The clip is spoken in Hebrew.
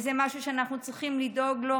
וזה משהו שאנחנו צריכים לדאוג לו,